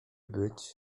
być